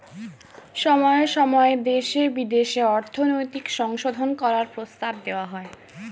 সময়ে সময়ে দেশে বিদেশে অর্থনৈতিক সংশোধন করার প্রস্তাব দেওয়া হয়